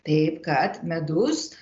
taip kad medus